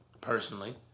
personally